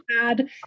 add